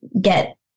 get